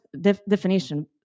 definition